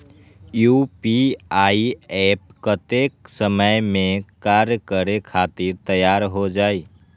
UPI app कतेइक समय मे कार्य करे खातीर तैयार हो जाई?